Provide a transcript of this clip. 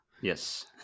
Yes